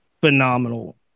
phenomenal